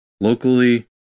locally